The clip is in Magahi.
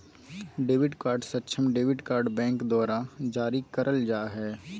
डेबिट कार्ड सक्षम डेबिट कार्ड बैंक द्वारा जारी करल जा हइ